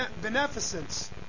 beneficence